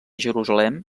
jerusalem